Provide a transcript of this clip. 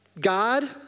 God